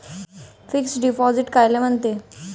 Fix deposit कायले म्हनते?